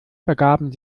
begaben